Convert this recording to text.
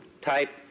type